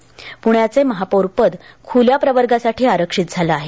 पृण्याचे महापौरपद खुल्या प्रवर्गासाठी आरक्षित झाले आहे